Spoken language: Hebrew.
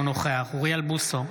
אינו נוכח אוריאל בוסו,